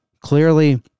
clearly